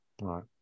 Right